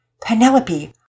Penelope